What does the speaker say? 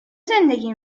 زندگی